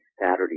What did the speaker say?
Saturday